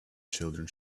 children